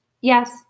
Yes